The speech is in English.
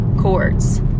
Chords